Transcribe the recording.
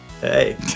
Hey